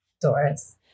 Doris